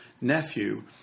nephew